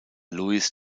louis